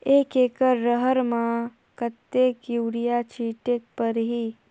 एक एकड रहर म कतेक युरिया छीटेक परही?